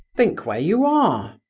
think where you are.